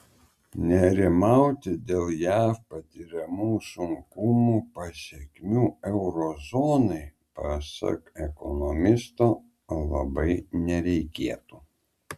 nerimauti dėl jav patiriamų sunkumų pasekmių euro zonai pasak ekonomisto labai nereikėtų